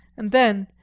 and then,